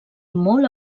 molt